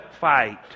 fight